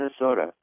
Minnesota